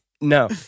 No